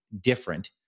different